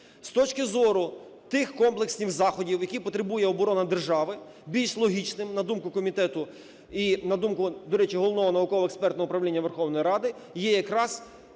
З точки зору тих комплексних заходів, які потребує оборона держави, більш логічним на думку комітету і на думку, до речі, Головного науково-експертного управління Верховної Ради, є якраз